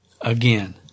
Again